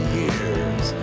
years